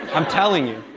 i'm telling you.